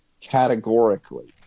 categorically